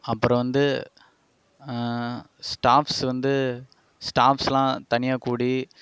அப்றம் வந்து ஸ்டாப்ஸ் வந்து ஸ்டாப்ஸ்லாம் தனியாக்கூடி